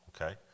Okay